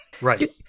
Right